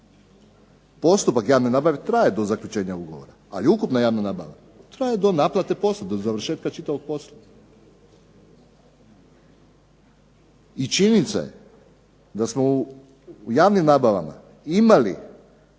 Postupak javne nabave traje do zaključenja ugovora, ali ukupna javna nabava traje do naplate postupka, do završetka čitavog postupka. I činjenica je da smo u javnim nabavama imali